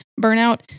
burnout